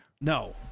No